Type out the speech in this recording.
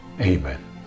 amen